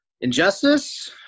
injustice